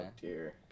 dear